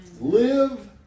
Live